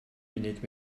munud